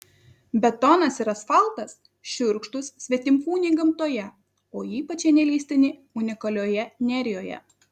betonas ir asfaltas šiurkštūs svetimkūniai gamtoje o ypač jie neleistini unikalioje nerijoje